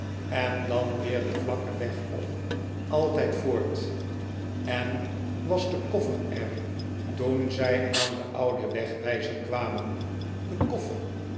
en dan weer den vlakken weg op altijd voort en was de koffer er r toen zij aan den ouden wegwijzer kwamen de koffer